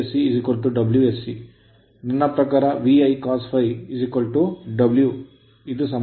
ನನ್ನ ಪ್ರಕಾರ VIcos∅ W ಅದೇ ಸಂಬಂಧ